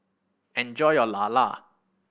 enjoy your lala